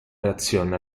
reazione